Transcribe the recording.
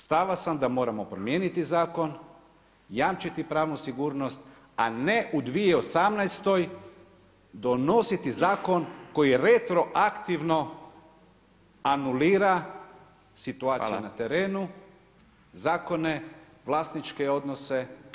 Stava sam da moramo promijeniti zakon, jamčiti pravnu sigurnost a ne u 2018. donositi zakon koji retroaktivno anulira situaciju na terenu, zakone, vlasničke odnose.